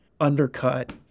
undercut